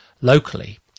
locally